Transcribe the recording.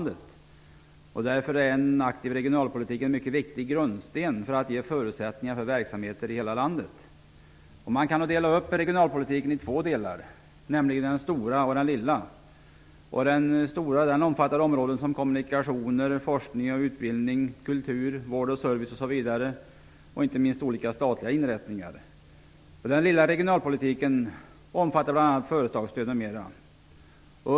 Därför är den aktiva regionalpolitiken en mycket viktig grundsten när det gäller att ge förutsättningar för verksamheter i hela landet. Regionalpolitiken kan delas upp i två delar: den stora och den lilla. Den stora regionalpolitiken omfattar områden som kommunikationer, forskning, utbildning, kultur, vård och service osv. Inte minst handlar det om olika statliga inrättningar. Den lilla regionalpolitiken omfattar bl.a. företagsstöd.